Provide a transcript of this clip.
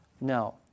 No